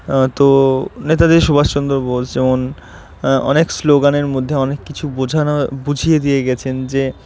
তো নেতাজি সুভাষচন্দ্র বোস যেমন অনেক স্লোগানের মধ্যে অনেক কিছু বোঝানো বুঝিয়ে দিয়ে গেছেন যে